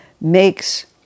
makes